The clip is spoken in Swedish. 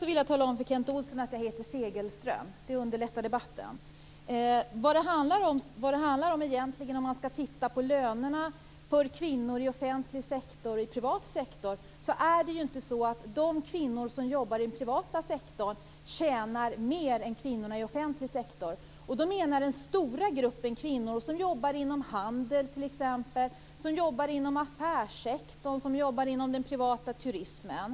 Fru talman! För det första vill jag tala om för Kent Olsson att jag heter Segelström. Det underlättar debatten. Om man tittar på lönerna för kvinnor i offentlig sektor och i privat sektor är det inte så att de kvinnor som jobbar i den privata sektorn tjänar mer än kvinnorna i den offentliga sektorn. Då menar jag den stora gruppen kvinnor som jobbar inom t.ex. handeln, affärssektorn eller den privata turismen.